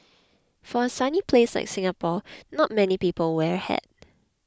for a sunny place like Singapore not many people wear hat